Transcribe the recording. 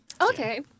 Okay